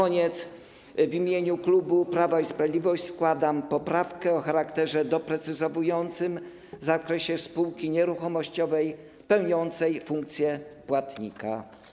Na koniec w imieniu klubu Prawa i Sprawiedliwość składam poprawkę o charakterze doprecyzowującym w zakresie spółki nieruchomościowej pełniącej funkcję płatnika.